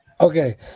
okay